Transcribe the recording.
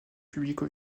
publique